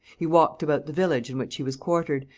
he walked about the village in which he was quartered,